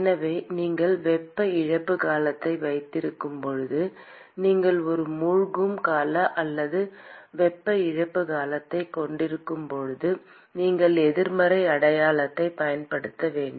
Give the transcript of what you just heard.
எனவே நீங்கள் வெப்ப இழப்பு காலத்தை வைத்திருக்கும் போது நீங்கள் ஒரு மூழ்கும் கால அல்லது வெப்ப இழப்பு காலத்தை கொண்டிருக்கும் போது நீங்கள் எதிர்மறை அடையாளத்தை பயன்படுத்த வேண்டும்